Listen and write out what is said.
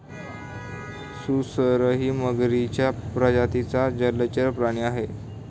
सुसरही मगरीच्या प्रजातीचा जलचर प्राणी आहे